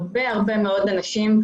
הרבה מאוד אנשים,